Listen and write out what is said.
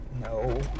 No